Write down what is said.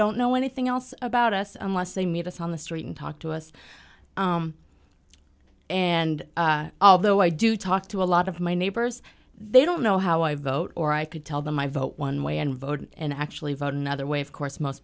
don't know anything else about us unless they meet us on the street and talk to us and although i do talk to a lot of my neighbors they don't know how i vote or i could tell them my vote one way and vote and actually vote another way of course most